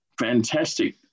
fantastic